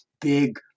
big